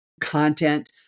content